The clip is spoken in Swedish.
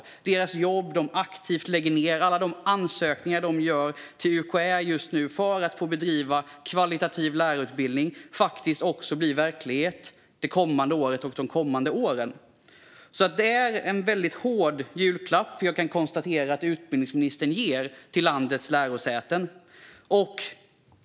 Det handlar om att det jobb de aktivt lägger ned och alla de ansökningar de just nu sänder in till UKÄ om att få bedriva högkvalitativ lärarutbildning ska få bli verklighet det kommande året och i framtiden. Det är en hård julklapp som utbildningsministern ger till landets lärosäten.